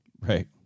Right